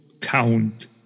count